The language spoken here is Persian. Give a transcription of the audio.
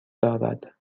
دارد